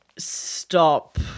stop